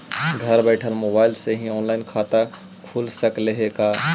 घर बैठल मोबाईल से ही औनलाइन खाता खुल सकले हे का?